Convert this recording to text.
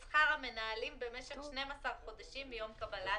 אז שים לב שפה לא הקראת הכול.